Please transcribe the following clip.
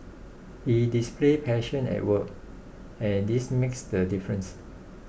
he displays passion at work and this makes the difference